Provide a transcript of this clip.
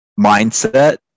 mindset